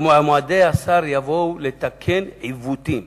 ומועמדי השר יבואו לתקן עיוותים.